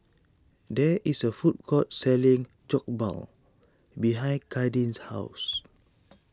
there is a food court selling Jokbal behind Kadin's house